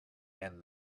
and